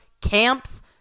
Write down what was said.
camps